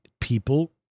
People